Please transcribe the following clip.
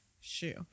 shoe